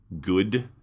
good